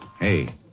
Hey